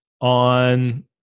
on